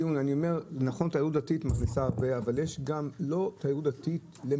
נכון שתיירות דתית מכניסה הרבה,